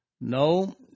No